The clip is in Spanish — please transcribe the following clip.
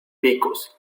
picos